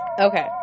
Okay